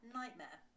nightmare